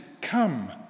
come